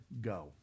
go